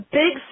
big